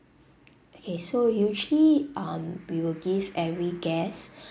okay so usually um we will give every guest